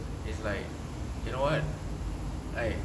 is like you know what like